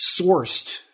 sourced